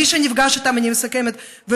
אני מסכמת.